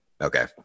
Okay